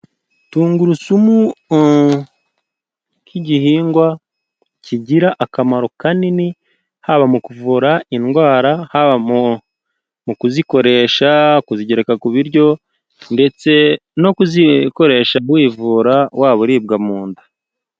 Tungurusumu nk'igihingwa kigira akamaro kanini; haba mu kuvura indwara, haba mu kuzikoresha; kuzigereka ku biryo ndetse no kuzikoresha wivura waba uribwa munda.